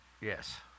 Yes